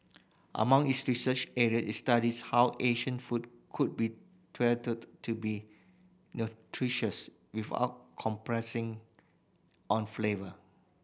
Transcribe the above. among its research area it studies how Asian food could be tweaked to be nutritious without compressing on flavour